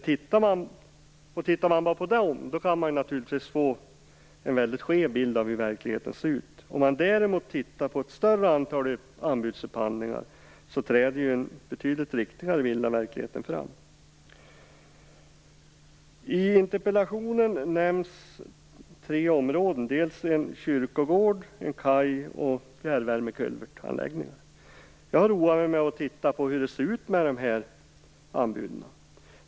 Tittar man bara på dem kan man naturligtvis få en väldigt skev bild av verkligheten. Om man däremot tittar på ett större antal upphandlingar träder en betydligt riktigare bild av verkligheten fram. I interpellationen nämns tre projekt: en utbyggnad av en kyrkogård, anläggande av en kaj och fjärrvärmekulvertar. Jag roade mig med att titta på hur det ser ut med dessa anbud.